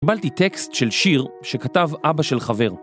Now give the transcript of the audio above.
קיבלתי טקסט של שיר שכתב אבא של חבר.